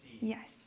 Yes